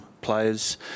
players